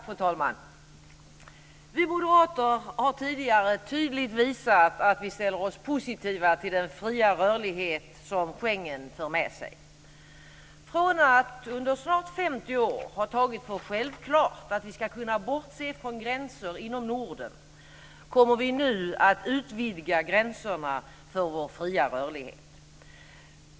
Fru talman! Vi moderater har tidigare tydligt visat att vi ställer oss positiva till den fria rörlighet som Schengen för med sig. Från att under snart 50 år ha tagit för självklart att vi ska kunna bortse från gränser inom Norden kommer vi nu att utvidga gränserna för vår fria rörlighet.